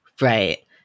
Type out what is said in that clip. Right